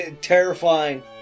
Terrifying